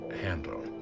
handle